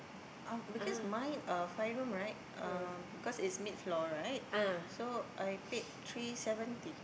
uh because mine uh five room right um because it's mid floor right so I paid three seventy